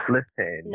Listen